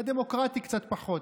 בדמוקרטי קצת פחות,